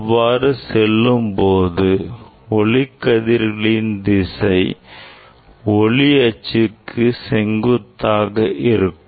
அவ்வாறு செல்லும் ஒளிக் கதிர்களின் திசை ஒளி அச்சுக்கு செங்குத்தாக இருக்கும்